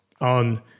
on